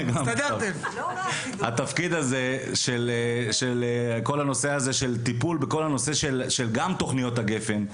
התפקיד הזה של כל נושא הטיפול בתוכניות גפ"ן,